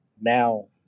now